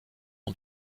ont